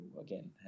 again